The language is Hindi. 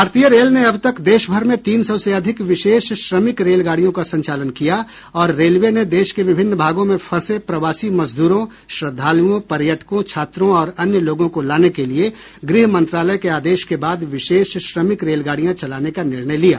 भारतीय रेल ने अब तक देशभर में तीन सौ से अधिक विशेष श्रमिक रेलगाडियों का संचालन किया और रेलवे ने देश के विभिन्न भागों में फंसे प्रवासी मजदूरों श्रद्वालुओं पर्यटकों छात्रों और अन्य लोगों को लाने के लिए गृहमंत्रालय के आदेश के बाद विशेष श्रमिक रेलगाड़ियां चलाने का निर्णय लिया